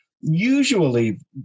Usually